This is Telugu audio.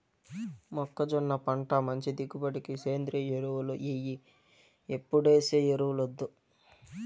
మొక్కజొన్న పంట మంచి దిగుబడికి సేంద్రియ ఎరువులు ఎయ్యి ఎప్పుడేసే ఎరువులొద్దు